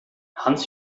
hans